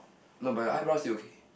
not but your eyebrow still okay